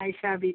Aysha B